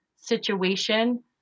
situation